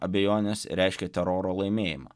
abejonės reiškė teroro laimėjimą